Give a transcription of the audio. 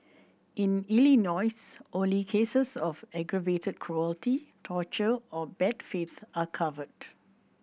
in Illinois only cases of aggravated cruelty torture or bad faith are covered